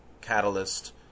catalyst